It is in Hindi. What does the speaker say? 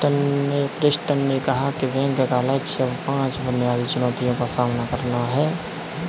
प्रेस्टन ने कहा कि बैंक का लक्ष्य अब पांच बुनियादी चुनौतियों का सामना करना है